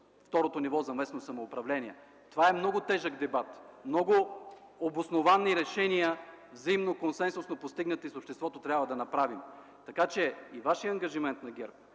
второто ниво за местно самоуправление. Това е много тежък дебат. Много обосновани решения, взаимно, консенсусно постигнати с обществото, трябва да направим. Така че и вашият ангажимент на ГЕРБ,